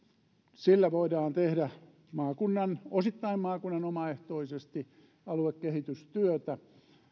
sillä voidaan tehdä osittain maakunnan omaehtoista aluekehitystyötä